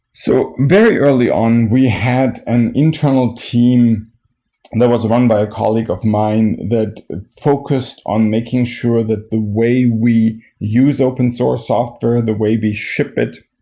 so very early on, we had an internal team that was run by a colleague of mine that focused on making sure that the way we use open source software, the way they ship it,